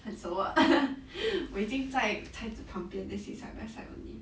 很熟啊 我已经在牌子旁边 then 写 side by side only